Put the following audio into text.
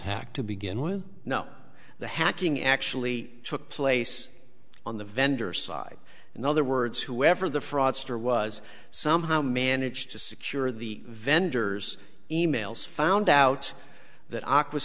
hacked to begin with not the hacking actually took place on the vendor side in other words whoever the fraudster was somehow managed to secure the vendor's emails found out that a